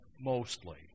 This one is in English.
mostly